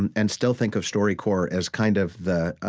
and and still think of storycorps as kind of the ah